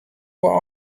what